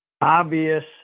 obvious